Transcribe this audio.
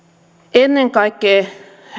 ennen kaikkea